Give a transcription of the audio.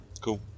Cool